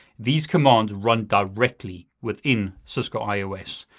these commands run directly within cisco ios.